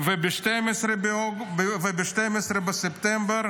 וב-12 בספטמבר